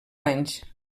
anys